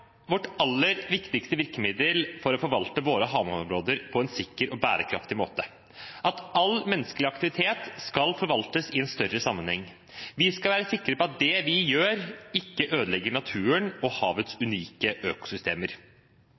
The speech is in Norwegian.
vårt aller viktigste virkemiddel for å forvalte våre havområder på en sikker og bærekraftig måte – at all menneskelig aktivitet skal forvaltes i en større sammenheng. Vi skal være sikre på at det vi gjør, ikke ødelegger naturen og havets unike økosystemer.